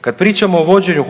Kad pričamo o vođenju